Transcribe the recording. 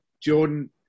Jordan